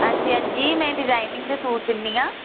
हां जी हां जी में डिजाइनिंग दे सूट सीन्नी आं